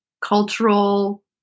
cultural